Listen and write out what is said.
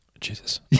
Jesus